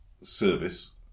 service